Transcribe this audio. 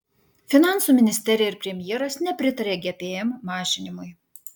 finansų ministerija ir premjeras nepritaria gpm mažinimui